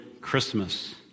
Christmas